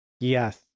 Yes